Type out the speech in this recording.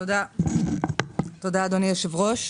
תודה, אדוני היושב-ראש,